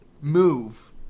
Move